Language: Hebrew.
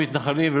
לא